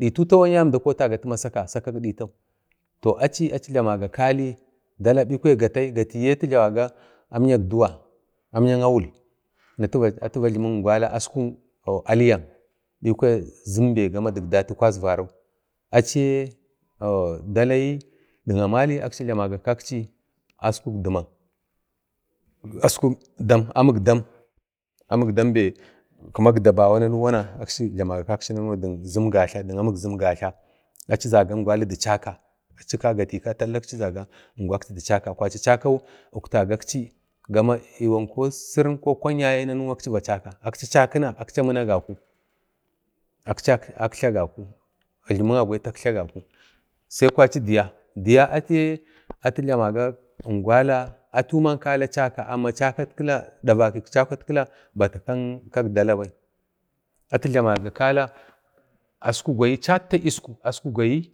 ditau tawan yaye əmda kotaga ingwali ma saka atiyi atu jlamaga kali dala gatai yi jlamaga kali amyak duwa amyak awi atu vajlimik imgwala askuk alyak bikwaya askik zimbe vajlimik datu kwazvarau achiyr ala dik amali aksi jlamaga kaksi askuk dam amik dam be kima igdaba nanuwana achi jlamaa kakchi dik amik zim, gatla achi jaga imgwali da chaka akchika gatai achi jlamaga ingwakchi da chaka, chakau uktagaksi iwan sirin ko kwan nanu. Achi chakina akchi amini agaku achi aktla gaku api'yi agwai atkla gaku. Sai kwachi Diya, diya atiyiman ingwal chaka amma chaka imgwala davatau bata kan dala bai atu jlamaga kala atkwa gwayi chatta isku, askuk gwayi